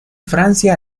francia